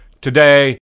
Today